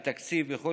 אין תקציב וכו',